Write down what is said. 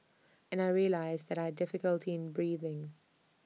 and I realised that I difficulty in breathing